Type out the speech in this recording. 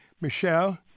Michelle